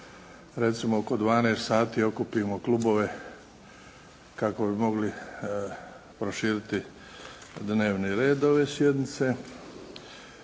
recimo oko 12 sati okupimo klubove kako bi mogli proširiti dnevni red ove sjednice.